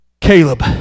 Caleb